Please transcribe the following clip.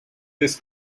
this